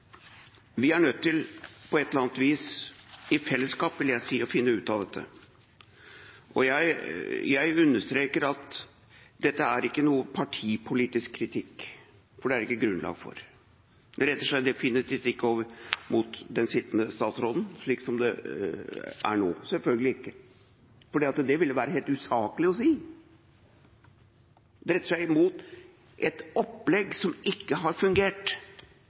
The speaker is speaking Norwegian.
vi er nødt til på et eller annet vis, i fellesskap vil jeg si, å finne ut av dette. Jeg understreker at dette er ikke noen partipolitisk kritikk, for det er det ikke grunnlag for. Det retter seg definitivt ikke mot den sittende statsråden, slik som det er nå, selvfølgelig ikke. Det ville være helt usaklig å si. Det retter seg mot et opplegg som ikke har fungert